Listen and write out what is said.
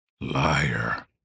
liar